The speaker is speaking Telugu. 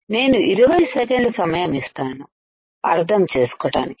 నేను ఇరవై సెకండ్లు సమయము ఇస్తాను అర్థం చేసుకోటానికి